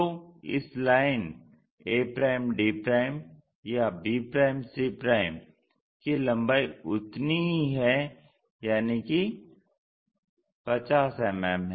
तो इस line a d या b c की लम्बाई उतनी ही है यानि कि 50 mm है